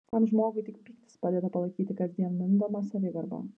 tam žmogui tik pyktis padeda palaikyti kasdien mindomą savigarbą